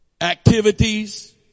activities